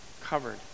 covered